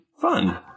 Fun